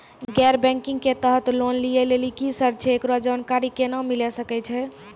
गैर बैंकिंग के तहत लोन लए लेली की सर्त छै, एकरो जानकारी केना मिले सकय छै?